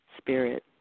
Spirit